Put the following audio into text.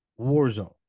Warzone